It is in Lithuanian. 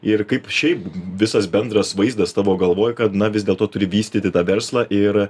ir kaip šiaip visas bendras vaizdas tavo galvoj kad na vis dėlto turi vystyti tą verslą ir